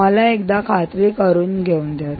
मला एकदा खात्री करून घेऊन द्यात